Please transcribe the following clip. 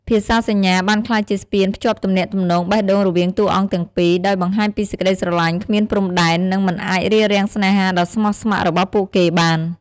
ភាសាសញ្ញាបានក្លាយជាស្ពានភ្ជាប់ទំនាក់ទំនងបេះដូងរវាងតួអង្គទាំងពីរ ដោយបង្ហាញពីសេចក្តីស្រឡាញ់គ្មានព្រំដែន និងមិនអាចរារាំងស្នេហាដ៏ស្មោះស្មគ្រ័របស់ពួកគេបាន ។